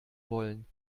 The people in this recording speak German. wollen